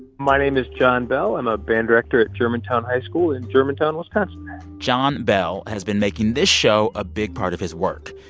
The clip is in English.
my name is john bell. i'm a band director at germantown high school in germantown, wis kind of john bell has been making this show a big part of his work.